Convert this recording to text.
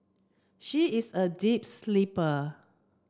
she is a deep sleeper